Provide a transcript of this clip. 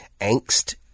angst